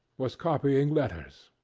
was copying letters.